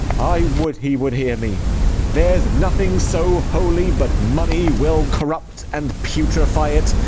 i would he would hear me there s nothing so holy but money will corrupt and putrify it,